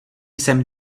jsem